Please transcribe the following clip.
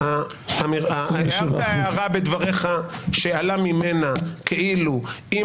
הערת הערה בדבריך שעלה ממנה כאילו אם